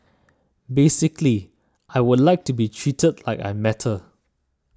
basically I would like to be treated I am matter